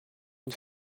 une